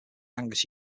angus